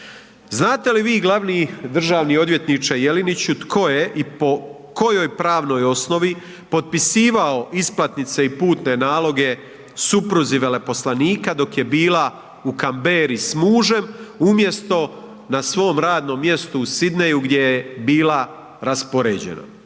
Znate li vi glavni državni odvjetniče Jeleniću tko je i po kojoj pravnoj osnovi potpisivao isplatnice i putne naloge supruzi veleposlanika dok je bila u Canberri s mužem umjesto na svom radnom mjestu u Sidneyju gdje je bila raspoređena?